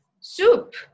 Soup